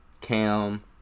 Cam